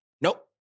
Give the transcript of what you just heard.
Nope